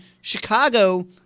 Chicago